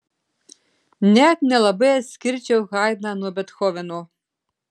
net nelabai atskirčiau haidną nuo bethoveno